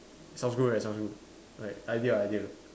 sounds good right sounds good like idea idea